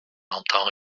l’entend